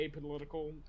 apolitical